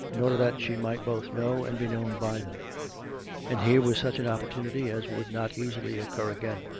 in order that she might both know and be known by them and here was such an oppor tunity as would not easily occur again.